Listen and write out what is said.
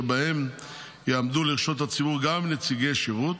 שבהן יעמדו לרשות הציבור גם נציגי שירות,